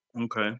Okay